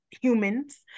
humans